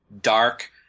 dark